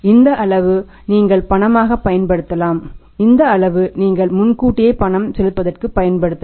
இந்த அளவு நீங்கள் பணமாகப் பயன்படுத்தலாம் இந்த அளவு நீங்கள் முன்கூட்டியே பணம் செலுத்துவதற்கு பயன்படுத்தலாம்